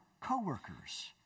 co-workers